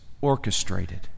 orchestrated